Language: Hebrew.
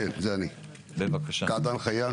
קעאדן חיאם,